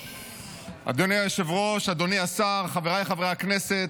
אדוני היושב-ראש, אדוני השר, חבריי חברי הכנסת,